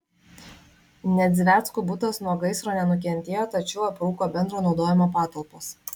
nedzveckų butas nuo gaisro nenukentėjo tačiau aprūko bendro naudojimo patalpos